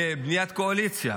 בבניית קואליציה.